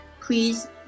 please